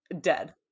Dead